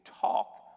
talk